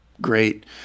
Great